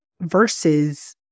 versus